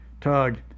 Tug